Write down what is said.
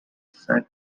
said